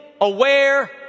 aware